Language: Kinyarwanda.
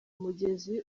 mugezi